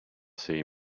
see